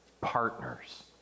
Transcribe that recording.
partners